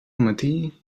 matí